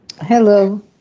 Hello